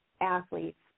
athletes